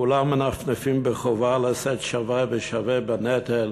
כולם מנפנפים בחובה לשאת שווה בשווה בנטל